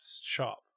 shop